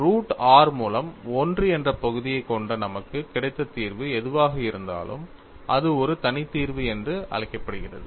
root r மூலம் 1 என்ற பகுதியைக் கொண்ட நமக்கு கிடைத்த தீர்வு எதுவாக இருந்தாலும் அது ஒரு தனி தீர்வு என்று அழைக்கப்படுகிறது